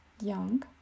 young